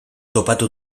topatu